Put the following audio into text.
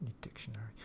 dictionary